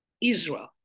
Israel